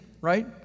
right